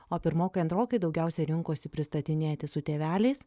o pirmokai antrokai daugiausia rinkosi pristatinėti su tėveliais